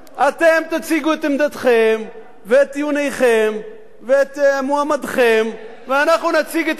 אתם תציגו את עמדתכם ואת טיעוניכם ואת מועמדכם ואנחנו נציג את הישגי